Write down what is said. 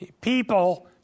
People